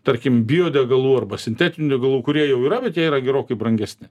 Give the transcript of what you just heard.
tarkim biodegalų arba sintetinių degalų kurie jau yra bet jie yra gerokai brangesni